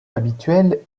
habituelle